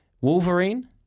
Wolverine